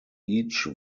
each